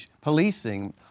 Policing